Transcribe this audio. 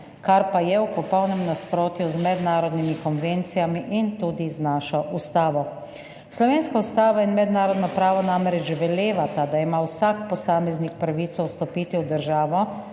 kar pa je v popolnem nasprotju z mednarodnimi konvencijami in tudi z našo ustavo. Slovenska ustava in mednarodno pravo namreč velevata, da ima vsak posameznik pravico vstopiti v državo